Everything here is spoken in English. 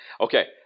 Okay